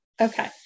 Okay